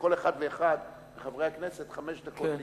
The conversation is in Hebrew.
לכל אחד ואחד מחברי הכנסת חמש דקות להסתייגות.